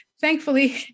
Thankfully